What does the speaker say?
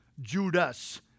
Judas